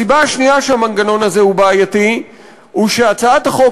הסיבה השנייה שהמנגנון הזה בעייתי היא שהצעת החוק,